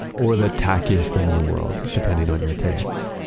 or the tackiest thing in the world. depending on your tastes.